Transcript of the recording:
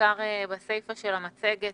בעיקר בסיפא של המצגת,